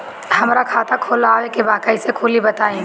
हमरा खाता खोलवावे के बा कइसे खुली बताईं?